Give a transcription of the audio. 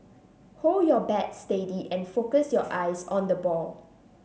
hold your bat steady and focus your eyes on the ball